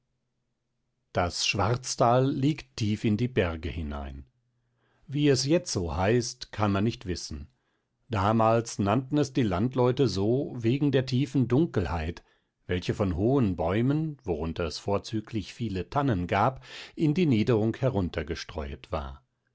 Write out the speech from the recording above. das schwarztal liegt tief in die berge hinein wie es jetzo heißt kann man nicht wissen damals nannten es die landleute so wegen der tiefen dunkelheit welche von hohen bäumen worunter es vorzüglich viele tannen gab in die niederung heruntergestreuet war